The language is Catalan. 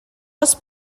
les